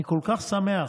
אני כל כך שמח